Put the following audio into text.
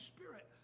Spirit